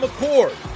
McCord